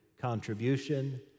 contribution